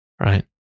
right